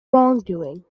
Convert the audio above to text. wrongdoing